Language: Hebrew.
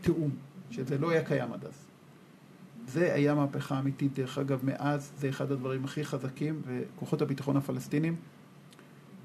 תיאום, שזה לא היה קיים עד אז זו הייתה מהפכה אמיתית דרך אגב מאז, זה אחד הדברים הכי חזקים וכוחות הביטחון הפלסטינים